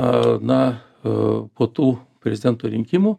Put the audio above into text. a na a po tų prezidento rinkimų